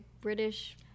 british